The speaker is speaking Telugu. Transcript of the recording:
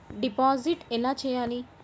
డిపాజిట్ ఎలా చెయ్యాలి?